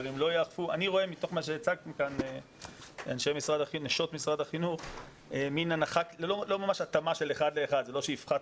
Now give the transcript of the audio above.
מתוך מה שהציגו נשות משרד החינוך אני רואה שזאת לא ממש התאמה אחד לאחד.